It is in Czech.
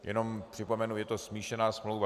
Jenom připomenu, je to smíšená smlouva.